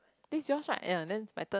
this your's one ya then pattern